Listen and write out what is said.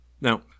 Now